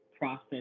Process